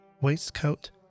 waistcoat